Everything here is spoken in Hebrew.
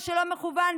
או שלא מכוון,